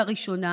לראשונה,